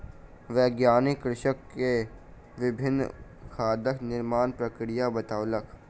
वैज्ञानिक कृषक के विभिन्न खादक निर्माण प्रक्रिया बतौलक